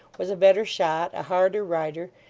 was a better shot, a harder rider,